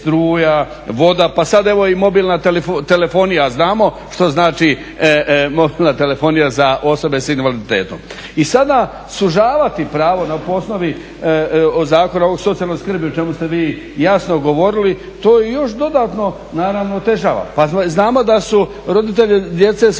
pa sada evo i mobilna telefonija a znamo što znači mobilna telefonija za osobe sa invaliditetom. I sada sužavati pravo po osnovi Zakona o socijalnoj skrbi o čemu ste vi jasno govorili to još dodatno naravno otežava. Pa znamo da su roditelj djece sa